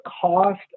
cost